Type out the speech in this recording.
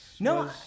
No